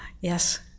Yes